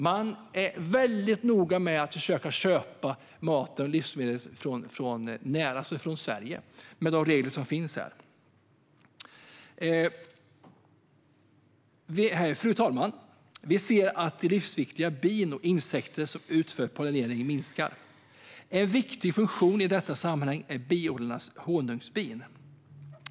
Man är väldigt noga med att försöka köpa mat och livsmedel från Sverige, med de regler som finns här. Fru talman! Vi ser att de livsviktiga bin och insekter som utför pollinering minskar till antalet. En viktig funktion i detta sammanhang är biodlarnas honungsbin.